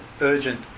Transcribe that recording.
urgent